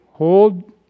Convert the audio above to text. Hold